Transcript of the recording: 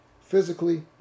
Physically